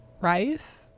rice